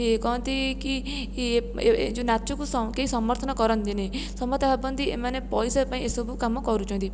ଏ କହନ୍ତି କି ଏ ଯେଉଁ ନାଚକୁ ସ କେହି ସମର୍ଥନ କରନ୍ତିନି ସମସ୍ତେ ଭାବନ୍ତି ଏମାନେ ପଇସା ପାଇଁ ଏସବୁ କାମ କରୁଛନ୍ତି